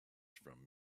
from